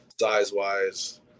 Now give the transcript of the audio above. size-wise